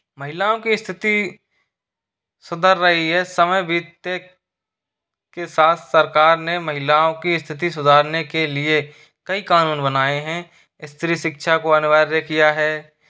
महिलाओं की स्थिति सुधर रही है समय बीतते के साथ सरकार ने महिलाओं की स्थिति सुधारने के लिए कई क़ानून बनाए हैं स्त्री शिक्षा को अनिवार्य किया है